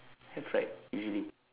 have right usually